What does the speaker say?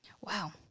Wow